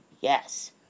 Yes